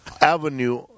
Avenue